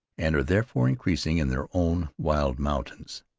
and are therefore increasing in their own wild mountains.